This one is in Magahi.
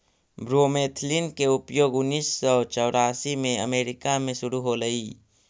ब्रोमेथलीन के उपयोग उन्नीस सौ चौरासी में अमेरिका में शुरु होलई